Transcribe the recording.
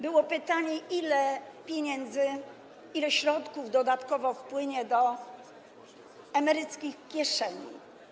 Było pytanie, ile pieniędzy, ile środków dodatkowo wpłynie do emeryckich kieszeni.